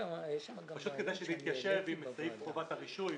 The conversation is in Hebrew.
כדי שזה יתיישב עם סעיף חובת הרישוי.